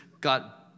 got